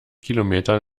kilometern